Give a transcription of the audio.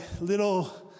little